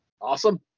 Awesome